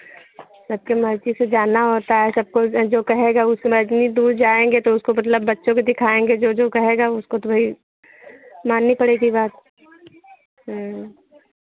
सबके मर्ज़ी से जाना होता है सबको जो कहेगा उसनें इतनी दूर जाएंगे तो उसको मतलब बच्चों को दिखाएंगे जो जो कहेगा उसको तो भाई मनानी पड़ेगी बात